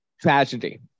tragedy